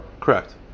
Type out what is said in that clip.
Correct